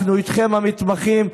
אנחנו איתכם, המתמחים.